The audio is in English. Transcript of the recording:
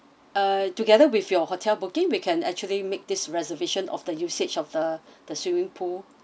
uh together with your hotel booking we can actually make this reservation of the usage of the the swimming pool